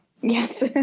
Yes